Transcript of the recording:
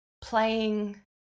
playing